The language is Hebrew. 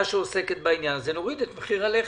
שעוסקת בעניין הזה ונוריד את מחיר הלחם.